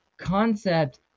concept